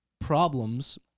problems